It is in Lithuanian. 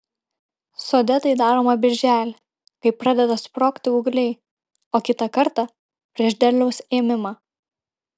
sode tai daroma birželį kai pradeda sprogti ūgliai o kitą kartą prieš derliaus ėmimą